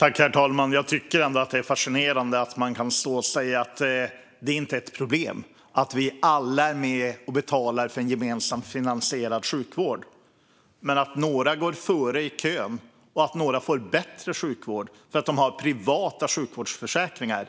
Herr talman! Jag tycker att det är fascinerande att man kan stå och säga att det inte är ett problem att vi alla är med och betalar för en gemensamt finansierad sjukvård men att några går före i kön och får bättre sjukvård för att de har privata sjukvårdsförsäkringar.